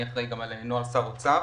אני אחראי גם על נוהל שר אוצר.